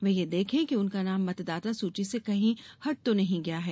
वे यह देखे कि उनका नाम मतदाता सूची से कहीं हट तो नहीं गया है